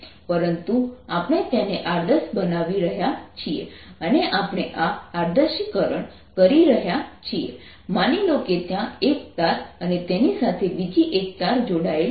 પરંતુ આપણે તેને આદર્શ બનાવી રહ્યા છીએ અને આપણે આ આદર્શિકરણ કહી રહ્યા છીએ માની લો કે ત્યાં એક તાર અને તેની સાથે બીજી એક તાર જોડાયેલ છે